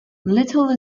little